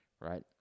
right